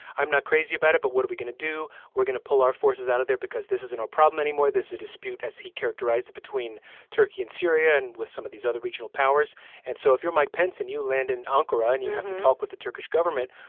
i'm not crazy about it, but what are we going to do? we're going to pull our forces out of there because this isn't our problem anymore. this is a dispute, as he characterized it, between turkey and syria and with some of these other regional powers and so if you're mike pence and you land in ankara and you have to talk with the turkish government,